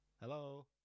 Hello